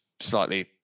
slightly